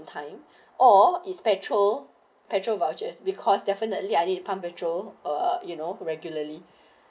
time or is petrol petrol vouchers because definitely I need pump petrol uh you know regularly